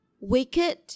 wicked